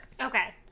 Okay